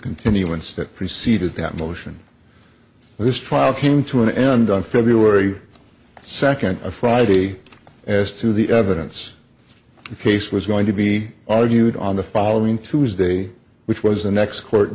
continuance that preceded that motion this trial came to an end on february second a friday as to the evidence the case was going to be argued on the following tuesday which was the next court